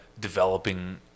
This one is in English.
developing